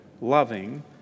loving